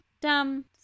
dumb